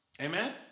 Amen